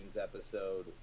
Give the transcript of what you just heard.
episode